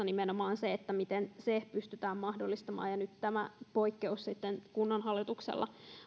nimenomaan se miten se pystytään mahdollistamaan nyt tätä poikkeusta sitten kunnanhallituksella